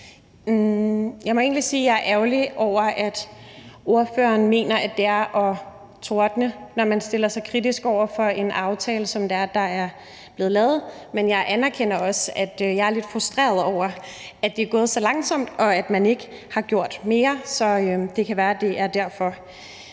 jeg er ærgerlig over, at spørgeren mener, at det er at tordne, når man stiller sig kritisk over for en aftale, som er blevet lavet. Men jeg erkender også, at jeg er lidt frustreret over, at det er gået så langsomt, og at man ikke har gjort mere – så det kan være, det er derfor.